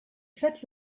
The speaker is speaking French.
fêtes